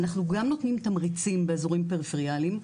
אנחנו גם נותנים תמריצים באזורים פריפריאליים.